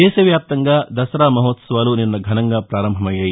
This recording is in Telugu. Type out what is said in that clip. దేశ వ్యాప్తంగా దసరా మహెహత్సవాలు నిన్న ఘనంగా ప్రారంభమయ్యాయి